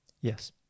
Yes